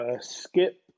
Skip